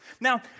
Now